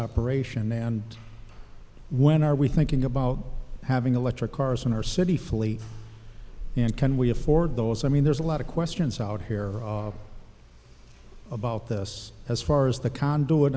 operation and when are we thinking about having electric cars in our city fully and can we afford those i mean there's a lot of questions out here about this as far as the conduit